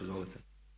Izvolite.